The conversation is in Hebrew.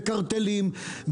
בקרטלים,